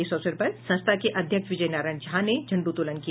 इस अवसर पर संस्था के अध्यक्ष विजय नारायण झा ने झंडोत्तोलन किया